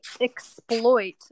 exploit